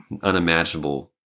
unimaginable